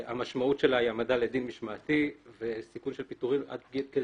המשמעות שלה היא העמדה לדין משמעתי וסיכון של פיטורים עד כדי